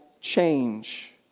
change